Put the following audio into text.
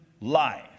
life